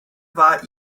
war